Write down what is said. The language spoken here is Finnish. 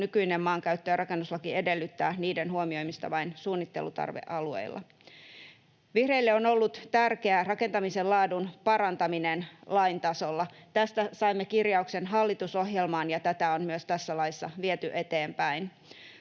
nykyinen maankäyttö- ja rakennuslaki edellyttää niiden huomioimista vain suunnittelutarvealueilla. Vihreille on ollut tärkeää rakentamisen laadun parantaminen lain tasolla. Tästä saimme kirjauksen hallitusohjelmaan, ja tätä on myös tässä laissa viety eteenpäin.